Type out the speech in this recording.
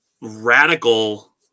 radical